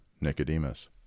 Nicodemus